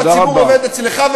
אלא הציבור עובד אצלך,